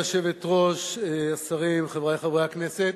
גברתי היושבת-ראש, השרים, חברי חברי הכנסת,